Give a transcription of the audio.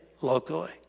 locally